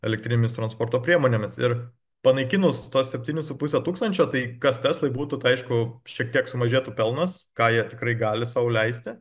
elektrinėmis transporto priemonėmis ir panaikinus tuos septynis su puse tūkstančio tai kas teslai būtų tai aišku šiek tiek sumažėtų pelnas ką jie tikrai gali sau leisti